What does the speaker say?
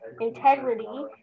integrity